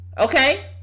okay